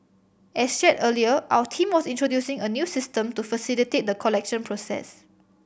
as shared earlier our team was introducing a new system to facilitate the collection process